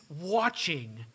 watching